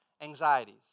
anxieties